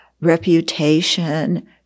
reputation